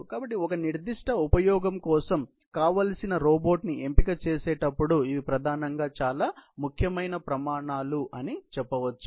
కాబట్టి ఒక నిర్దిష్ట ఉపయోగం కోసం కావలిసిన రోబోట్ ని ఎంపిక చేసేటప్పుడు ఇవి ప్రధానంగా చాలా ముఖ్యమైన ప్రమాణాలు అని పిలువబడతాయి